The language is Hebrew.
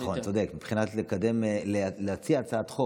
נכון, צודק, מבחינת להציע הצעת חוק.